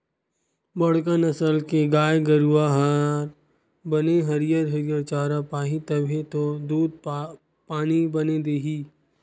बड़का नसल के गाय गरूवा हर बने हरियर हरियर चारा पाही तभे तो दूद पानी बने दिही